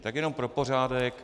Tak jenom pro pořádek.